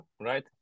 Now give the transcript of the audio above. right